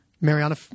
Mariana